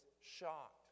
shocked